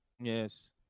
Yes